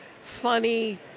funny